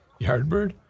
Yardbird